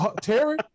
Terry